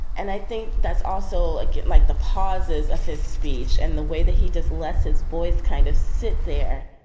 and i think that's also ah like the pauses of his speech and the way that he does less his voice kind of sit there.